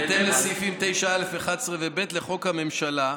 בהתאם לסעיפים 9(א)(11) ו-(ב) לחוק הממשלה,